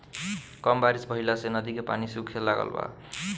कम बारिश भईला से नदी के पानी सूखे लागल बा